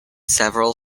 several